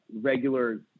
regular